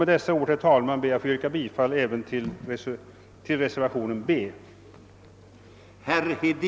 Med dessa ord ber jag att få yrka bifall även till reservationen II.